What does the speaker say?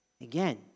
Again